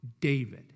David